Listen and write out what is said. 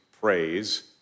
praise